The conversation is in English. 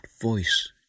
voice